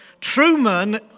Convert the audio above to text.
Truman